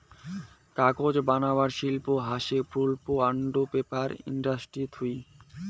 কাগজ বানাবার শিল্প হসে পাল্প আন্ড পেপার ইন্ডাস্ট্রি থুই